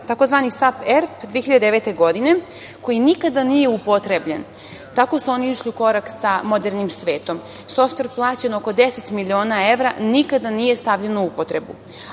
tzv. SAP ERP 2009. godine, koji nikada nije upotrebljen. Tako su oni išli u korak sa modernim svetom. Softver plaćen oko 10 miliona evra nikada nije stavljen u upotrebu.